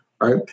right